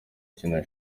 akina